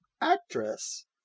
actress